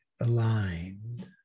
aligned